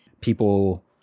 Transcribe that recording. People